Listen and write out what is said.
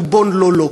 "דובון לאלא".